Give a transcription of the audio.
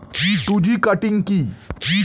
Two G cutting কি?